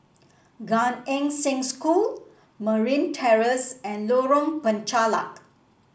Gan Eng Seng School Marine Terrace and Lorong Penchalak